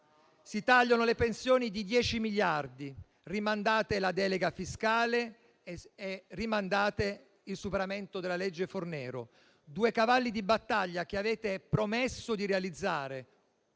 Si tagliano le pensioni di 10 miliardi, rimandate la delega fiscale e rimandate il superamento della legge Fornero, due cavalli di battaglia che avete promesso di portare